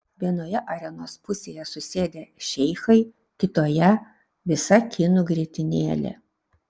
vienoje arenos pusėje susėdę šeichai kitoje visa kinų grietinėlė